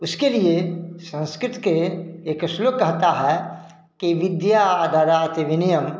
उसके लिए संस्कृत के एक श्लोक कहता है कि विद्या ददाति विनयम्